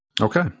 Okay